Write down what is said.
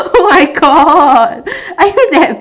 oh my god are you that